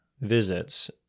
visits